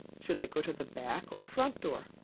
should they go to the back or front door?